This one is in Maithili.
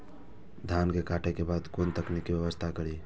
धान के काटे के बाद कोन तकनीकी व्यवस्था करी?